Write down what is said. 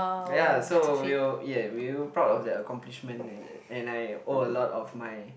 ya so we were ya were proud of that accomplishment and and I owe a lot of my